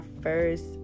first